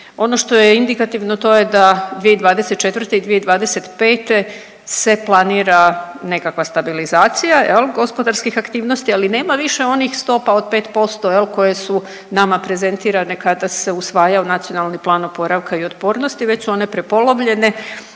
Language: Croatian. Ono što je indikativno to je da 2024. i 2025. se planira nekakva stabilizacija jel gospodarskih aktivnosti, ali nema više onih stopa od 5% jel koje su nama prezentirane kada se usvajao NPOO već su one prepolovljene